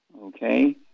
Okay